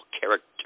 character